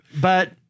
But-